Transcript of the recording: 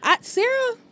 Sarah